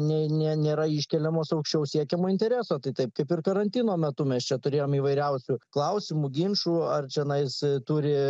nei nė nėra iškeliamos aukščiau siekiamo intereso tai taip kaip ir karantino metu mes čia turėjom įvairiausių klausimų ginčų ar čionais e turi